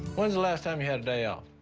when's the last time you had a day off?